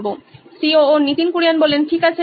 Nitin Kurian C O O Nayan electronics ঠিক আছে